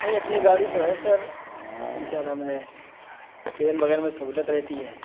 نہیں اپنی گاڑی تو ہے سر لیکن کیا نام ہے ٹرین وغیرہ میں سہولت رہتی ہے